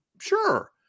Sure